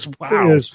Wow